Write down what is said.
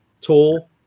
tool